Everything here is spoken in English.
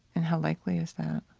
and how likely is that?